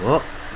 हो